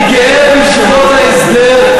אני גאה בישיבות ההסדר.